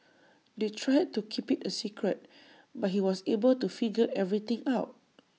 they tried to keep IT A secret but he was able to figure everything out